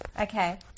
Okay